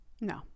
no